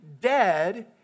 dead